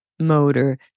motor